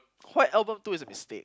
quite album two is a mistake